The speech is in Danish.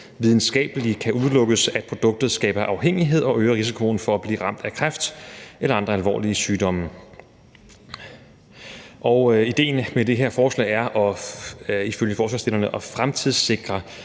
videnskabeligt kan udelukkes, at produktet skaber afhængighed og øger risikoen for at blive ramt af kræft eller andre alvorlige sygdomme«. Idéen med det her forslag er ifølge forslagsstillerne at fremtidssikre